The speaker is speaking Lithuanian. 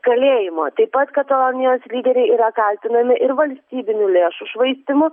kalėjimo taip pat katalonijos lyderiai yra kaltinami ir valstybinių lėšų švaistymu